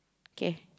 kay